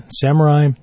Samurai